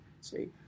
See